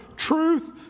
truth